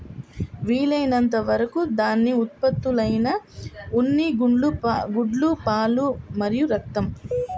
వీలైనంత వరకు దాని ఉత్పత్తులైన ఉన్ని, గుడ్లు, పాలు మరియు రక్తం